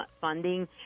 funding